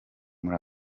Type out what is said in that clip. muri